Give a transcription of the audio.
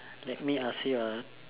let me ask you ah